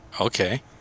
Okay